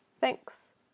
Thanks